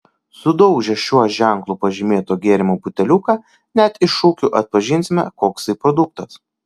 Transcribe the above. sudaužę šiuo ženklu pažymėto gėrimo buteliuką net iš šukių atpažinsime koks tai produktas